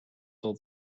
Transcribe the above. old